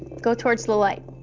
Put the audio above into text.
go towards the light,